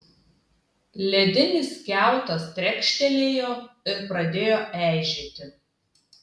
ledinis kiautas trekštelėjo ir pradėjo eižėti